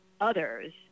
others